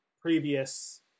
previous